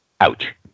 Ouch